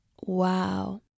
Wow